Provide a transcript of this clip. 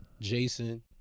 Jason